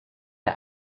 der